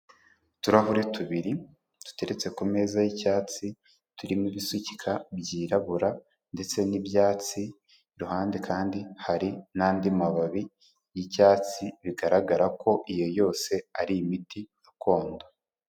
Utuhuri tubiri duteretse ku meza y'icyatsi turimo ibisukika byirabura ndetse n'ibyatsi, iruhande kandi hari n'andi mababi y'icyatsi bigaragara ko iyo yose ari imiti gakondo.